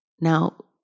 Now